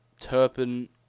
Turpin